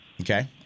Okay